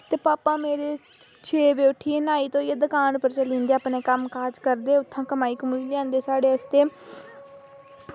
ते भापा मेरे छे बजे उटियै न्हाई धोइयै ते दुकान पर चली जंदे अपने कम्म काज़ करदे ते उत्थुआं कमाई करियै आह्नदे साढ़े आस्तै